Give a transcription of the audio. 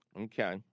Okay